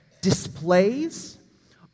displays